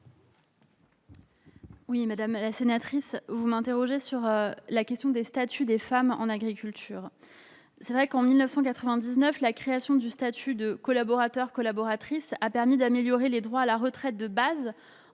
Madame la sénatrice, vous m'interrogez sur le statut des femmes dans l'agriculture. En 1999, la création du statut de collaborateur-collaboratrice a permis d'améliorer les droits à la retraite de base,